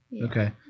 okay